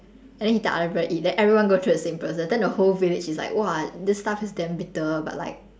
and then he tell other people eat then everyone go through the same process then the whole village is like !wah! this stuff is damn bitter but like